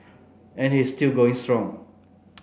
and he is still going strong